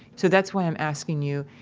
so that's why i'm asking you